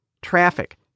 Traffic